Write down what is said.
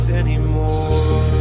anymore